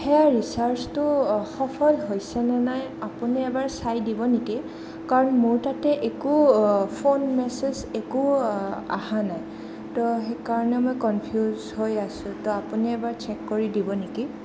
সেয়া ৰিচাৰ্জটো সফল হৈছেনে নাই আপুনি এবাৰ চাই দিব নেকি কাৰণ মোৰ তাতে একো ফোন মেছেজ একো অহা নাই তো সেইকাৰণে মই কনফিউজ হৈ আছোঁ তো আপুনি এবাৰ চেক কৰি দিব নেকি